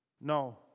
No